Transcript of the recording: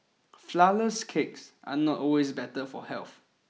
flourless cakes are not always better for health